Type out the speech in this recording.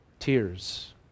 Tears